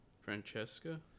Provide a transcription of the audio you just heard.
francesca